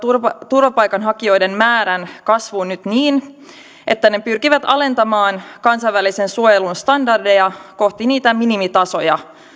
turvapaikanhakijoiden määrän kasvuun nyt niin että ne pyrkivät alentamaan kansainvälisen suojelun standardeja kohti niitä minimitasoja